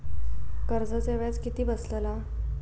कर्जाचा व्याज किती बसतला?